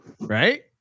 Right